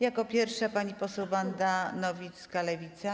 Jako pierwsza pani poseł Wanda Nowicka, Lewica.